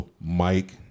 Mike